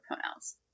pronouns